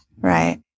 Right